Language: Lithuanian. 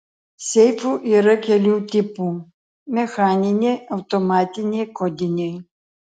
seifų yra kelių tipų mechaniniai automatiniai kodiniai